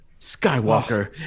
Skywalker